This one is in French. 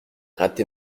rater